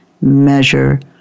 measure